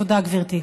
תודה, גברתי.